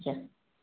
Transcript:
हुन्छ